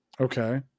Okay